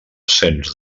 cens